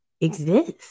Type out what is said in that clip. Exist